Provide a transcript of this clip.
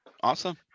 awesome